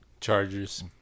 Chargers